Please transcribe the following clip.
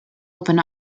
open